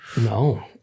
No